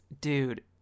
Dude